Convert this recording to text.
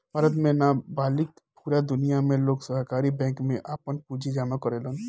भारत में ना बल्कि पूरा दुनिया में लोग सहकारी बैंक में आपन पूंजी जामा करेलन